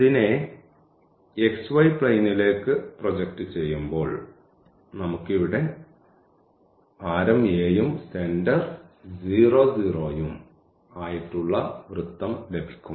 അതിനെ xy പ്ലെയ്നിലേക്ക് project ചെയ്യുമ്പോൾ നമുക്ക് ഇവിടെ ഈ ആരം a യും സെൻറർ 0 0 യും ആയിട്ടുള്ള വൃത്തം ലഭിക്കും